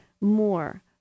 more